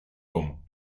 como